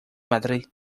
madrid